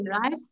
right